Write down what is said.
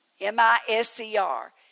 M-I-S-E-R